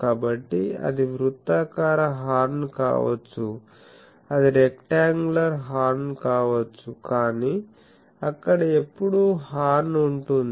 కాబట్టి అది వృత్తాకార హార్న్ కావచ్చు అది రెక్టాoగులార్ హార్న్ కావచ్చు కానీ అక్కడ ఎప్పుడూ హార్న్ ఉంటుంది